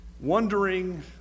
wondering